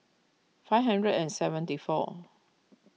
five hundred and seventy four